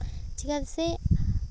ᱪᱮᱫᱟᱜ ᱥᱮ